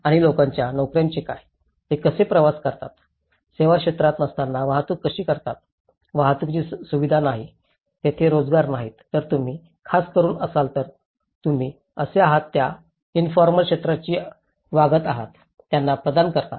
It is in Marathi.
आणि लोकांच्या नोकर्याचे काय ते कसे प्रवास करतात सेवा क्षेत्र नसताना वाहतूक कशी करतात वाहतुकीची सुविधा नाही तेथे रोजगार नाहीत जर तुम्ही खासकरून असाल तर तुम्ही कसे आहात त्या इन्फॉर्मल क्षेत्राशी वागत आहात त्यांना प्रदान करणार